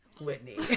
Whitney